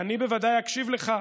אקשיב לך.